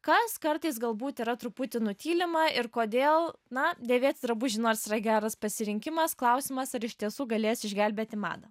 kas kartais galbūt yra truputį nutylima ir kodėl na dėvėti drabužiai nors yra geras pasirinkimas klausimas ar iš tiesų galės išgelbėti madą